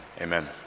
Amen